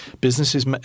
Businesses